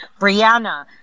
Brianna